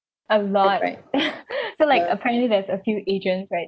a lot so like apparently there's a few agents right